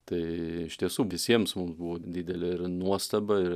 tai iš tiesų visiems mums buvo didelė ir nuostaba ir